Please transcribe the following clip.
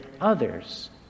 others